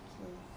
okay